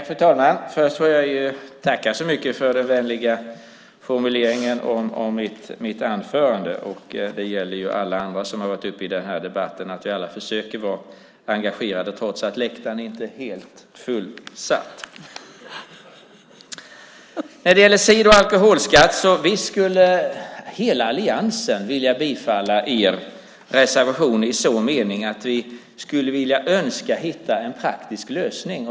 Fru talman! Först får jag tacka så mycket för den vänliga formuleringen om mitt anförande. Det gäller alla andra som varit uppe i den här debatten att vi alla försöker att vara engagerade trots att åhörarläktaren inte är helt fullsatt. När det gäller cider och alkoholskatt skulle hela alliansen vilja bifalla er reservation i så mening att vi skulle vilja hitta en praktisk lösning.